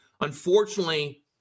Unfortunately